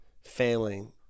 failing